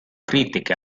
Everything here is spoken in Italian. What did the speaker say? critiche